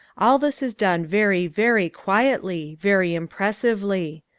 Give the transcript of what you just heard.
all this is done very, very quietly, very impressively.